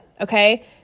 Okay